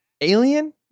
Alien